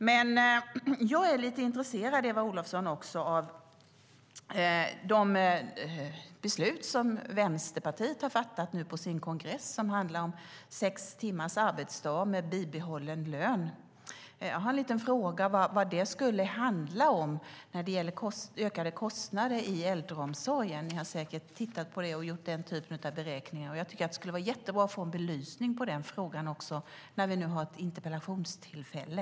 Jag är också lite intresserad, Eva Olofsson, av de beslut om sex timmars arbetsdag med bibehållen lön som Vänsterpartiet har fattat nu på sin kongress. Jag undrar lite vad det skulle handla om när det gäller ökade kostnader i äldreomsorgen. Ni har säkert tittat på det och gjort den typen av beräkningar. Jag tycker att det skulle vara jättebra att få en belysning av den frågan när vi nu har ett interpellationstillfälle.